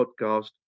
podcast